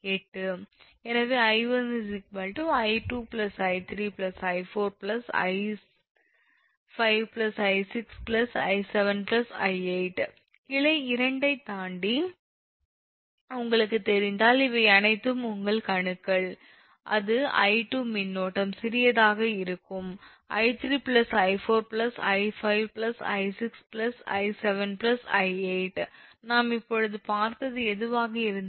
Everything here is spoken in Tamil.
எனவே 𝐼1 𝑖2𝑖3𝑖4𝑖5𝑖6𝑖7𝑖8 கிளை 2 ஐத் தாண்டி உங்களுக்குத் தெரிந்தால் இவை அனைத்தும் உங்கள் கணுக்கள் அது 𝐼2 மின்னோட்டம் சிறியதாக இருக்கும் 𝑖3𝑖4𝑖5𝑖6 𝑖7𝑖8 நாம் இப்போது பார்த்தது எதுவாக இருந்தாலும்